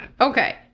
Okay